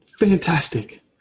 fantastic